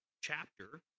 chapter